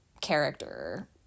character